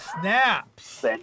snaps